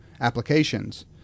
applications